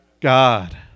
God